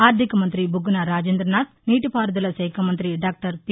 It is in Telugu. ఆర్దిక మంత్రి బుగ్గన రాజేంద్రనాథ్ నీటిపారుదల శాఖ మంత్రి డాక్టర్ పి